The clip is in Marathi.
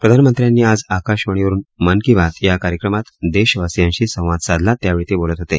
प्रधानमंत्र्यांनी आज आकाशवाणीवरून मन की बात या कार्यक्रमात देशवासीयांशी संवाद साधला त्यावेळी ते बोलत होते